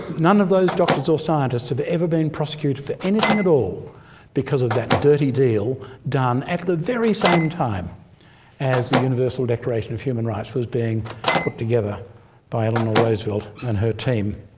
none of those doctors or scientists have ever been prosecuted for anything at all because of that dirty deal done at the very same time as the universal declaration of human rights was being put together by eleanor roosevelt and her team.